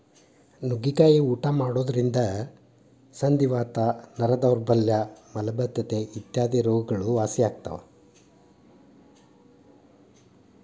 ನುಗ್ಗಿಕಾಯಿ ಊಟ ಮಾಡೋದ್ರಿಂದ ಸಂಧಿವಾತ, ನರ ದೌರ್ಬಲ್ಯ ಮಲಬದ್ದತೆ ಇತ್ಯಾದಿ ರೋಗಗಳು ವಾಸಿಯಾಗ್ತಾವ